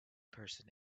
person